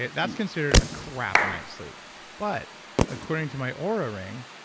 yeah that's considered a crap night's sleep but according to my oura ring,